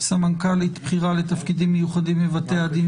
סמנכ"לית התחילה לתפקידים מיוחדים בבתי הדין